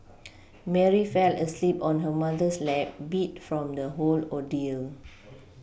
Mary fell asleep on her mother's lap beat from the whole ordeal